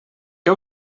què